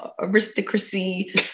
aristocracy